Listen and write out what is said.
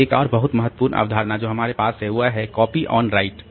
फिर एक और बहुत महत्वपूर्ण अवधारणा जो हमारे पास है वह है कॉपी ऑन राइट